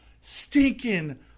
stinking